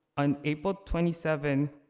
on april twenty seventh,